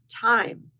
time